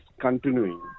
continuing